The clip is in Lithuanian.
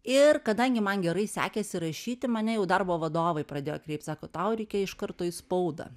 ir kadangi man gerai sekėsi rašyti mane jau darbo vadovai pradėjo kreipt sako tau reikia iš karto į spaudą